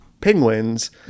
penguins